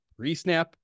resnap